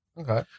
Okay